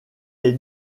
est